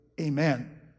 Amen